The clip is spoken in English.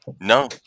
No